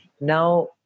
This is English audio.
Now